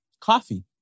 Coffee